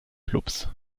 clubs